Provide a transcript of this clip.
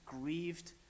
grieved